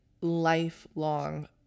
lifelong